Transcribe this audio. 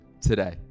today